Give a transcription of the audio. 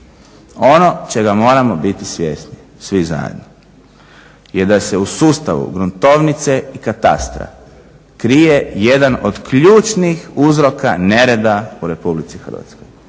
Ono čega moramo biti svjesni svi zajedno je da se u sustavu gruntovnice i katastra krije jedan od ključnih uzorka nereda u RH.